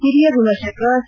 ಹಿರಿಯ ವಿಮರ್ಶಕ ಸಿ